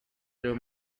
their